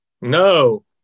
no